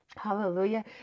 Hallelujah